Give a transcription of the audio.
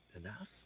enough